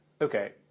Okay